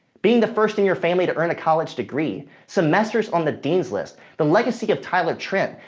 being the first in your family to earn a college degree, semesters on the dean's list, the legacy of tyler trent,